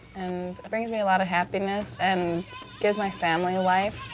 and brings me a lot of happiness and gives my family life.